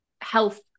health